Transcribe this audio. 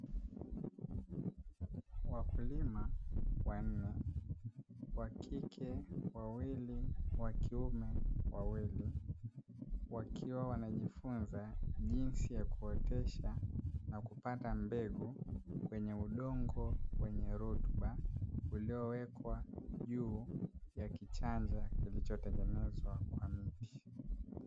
Wakulima wanne (wa kike wawili, wa kiume wa wili) wakiwa wanajifunza jinsi ya kuotesha na kupanda mbegu kwenye udongo wenye rutuba uliowekwa juu ya kichanja kilichotengenezwa kwa miti.